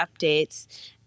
updates